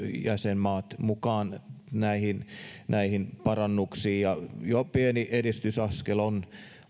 jäsenmaat mukaan näihin näihin parannuksiin ja jo pieni edistysaskel on